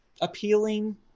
appealing